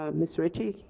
ah ms. ritchie